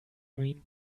mean